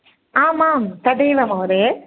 आम् आं तदैव महोदये